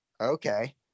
Okay